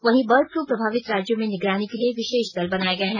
वहीं bird flu प्रभावित राज्यों में निगरानी के लिए विशेष दल बनाये गये हैं